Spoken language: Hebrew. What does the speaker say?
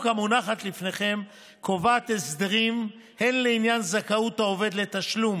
המונחת לפניכם קובעת הסדרים הן לעניין זכאות העובד לתשלום